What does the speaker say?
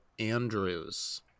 Andrews